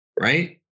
Right